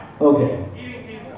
Okay